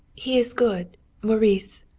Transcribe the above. he is good maurice,